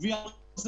וגם על